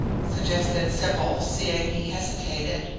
suggested sybil, seeing he hesitated,